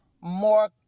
more